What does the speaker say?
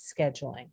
scheduling